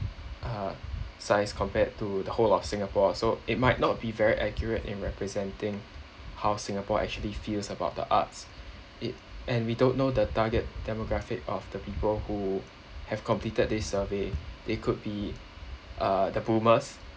uh science compared to the whole of singapore so it might not be very accurate in representing how singapore actually feels about the arts it and we don't know the target demographic of the people who have completed this survey they could be uh the boomers